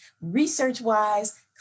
research-wise